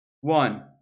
one